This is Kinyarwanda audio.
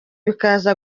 bikaza